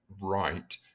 Right